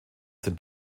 sind